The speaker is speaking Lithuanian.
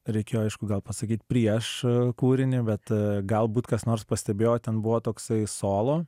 reikėjo aišku gal pasakyt prieš kūrinį bet galbūt kas nors pastebėjo ten buvo toksai solo